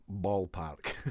ballpark